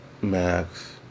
Max